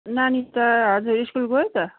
नानी त हजुर स्कुल गयो त